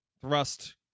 thrust